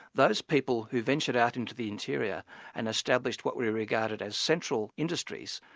those people who ventured out into the interior and established what we regarded as central industries,